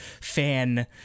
fan